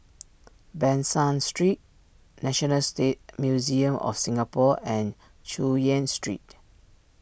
Ban San Street National stay Museum of Singapore and Chu Yen Street